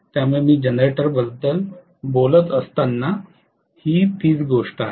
त्यामुळे मी जनरेटरबद्दल बोलत असताना हीच गोष्ट आहे